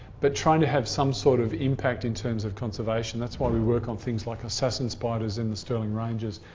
but trying to have some sort of impact in terms of conservation. that's why we work on things like assassin spiders in the stirling ranges,